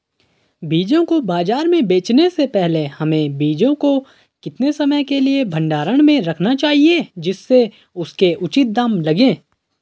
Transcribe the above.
बीजों को बाज़ार में बेचने से पहले हमें बीजों को कितने समय के लिए भंडारण में रखना चाहिए जिससे उसके उचित दाम लगें?